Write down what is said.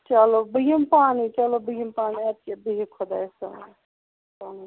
چلو بہٕ یِمہٕ پانَے چلو بہٕ یِمہٕ پانَے اَدٕ کیاہ بِہِو خۄدایَس حوال